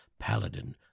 paladin